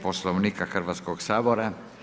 Poslovnika Hrvatskog sabora.